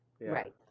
right